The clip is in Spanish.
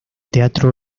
teatro